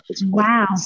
Wow